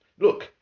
look